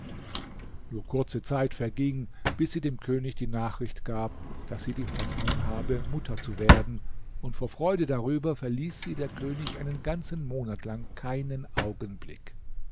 nur kurze zeit verging bis sie dem könig die nachricht gab daß sie die hoffnung habe mutter zu werden und vor freude darüber verließ sie der könig einen ganzen monat lang keinen augenblick